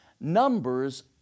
Numbers